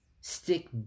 Stick